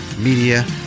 media